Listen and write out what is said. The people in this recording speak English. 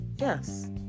yes